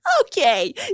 Okay